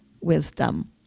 wisdom